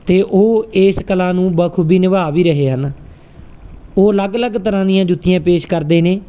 ਤੇ ਉਹ ਇਸ ਕਲਾ ਨੂੰ ਬਖੂਬੀ ਨਿਭਾ ਵੀ ਰਹੇ ਹਨ ਉਹ ਅਲੱਗ ਅਲੱਗ ਤਰ੍ਹਾਂ ਦੀਆਂ ਜੁੱਤੀਆਂ ਪੇਸ਼ ਕਰਦੇ ਨੇ